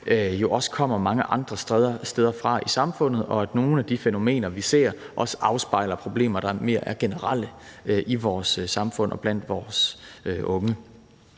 jo også kommer fra mange andre steder i samfundet, og at nogle af de fænomener, vi ser, også afspejler problemer, der mere er generelle i vores samfund og blandt vores unge.